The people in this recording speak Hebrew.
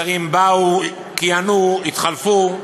שרים באו, כיהנו, התחלפו,